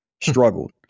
struggled